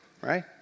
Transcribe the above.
Right